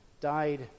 died